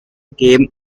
came